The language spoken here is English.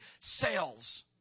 sales